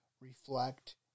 reflect